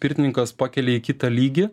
pirtininkas pakelia į kitą lygį